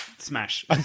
Smash